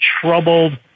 troubled